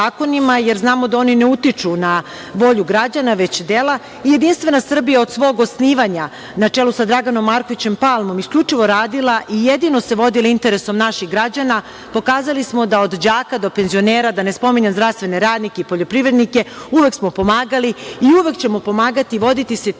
jer znamo da oni ne utiču na volju građana, već dela. Jedinstvena Srbija je od svog osnivanja, na čelu sa Draganom Markovićem Palmom, isključivo radila i jedino se vodila interesom naših građana. Pokazali smo da od đaka do penzionera, da ne spominjem zdravstvene radnike i poljoprivrednike, uvek smo pomagali i uvek ćemo pomagati i voditi se time